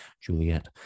Juliet